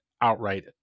outright